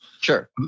Sure